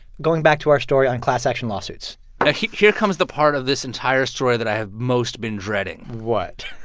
going back to our story on class action lawsuits now here comes the part of this entire story that i have most been dreading what?